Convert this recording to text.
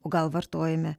gal vartojame